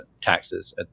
taxes